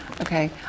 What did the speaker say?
okay